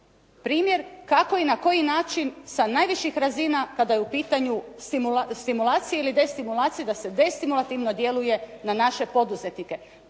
primjer kako i na koji način sa najviših razina kada je u pitanju stimulacija ili destimulacija da se destimulativno djeluje na naše poduzetnike.